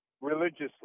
Religiously